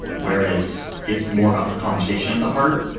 where it's it's more about the conversation at the heart.